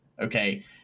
Okay